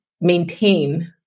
maintain